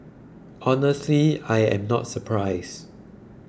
honestly I am not surprised